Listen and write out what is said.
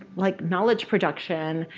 like, knowledge production.